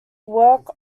work